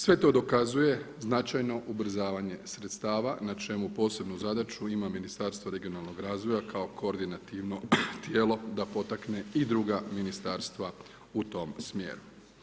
Sve to dokazuje značajno ubrzavanje sredstava, na čemu posebnu zadaću ima Ministarstvo regionalnog razvoja kao koordinativno tijelo da potakne i druga ministarstva u tome smjeru.